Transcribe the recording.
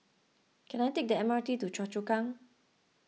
can I take the M R T to Choa Chu Kang